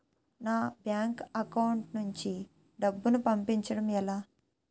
నా bank account నుంచి డబ్బును పంపించడం ఎలా?